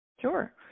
Sure